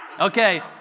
Okay